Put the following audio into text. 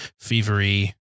fevery